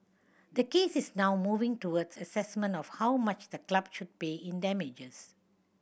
the case is now moving towards assessment of how much the club should pay in damages